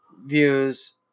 views